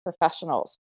Professionals